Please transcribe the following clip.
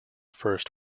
first